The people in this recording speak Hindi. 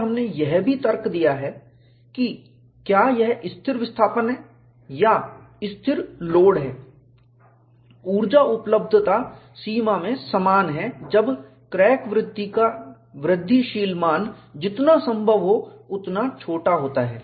और हमने यह भी तर्क दिया है कि क्या यह स्थिर विस्थापन है या स्थिर लोड है ऊर्जा उपलब्धता सीमा में समान है जब क्रैक वृद्धि का वृद्धिशील मान जितना संभव हो उतना छोटा होता है